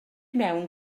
mewn